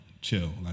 Chill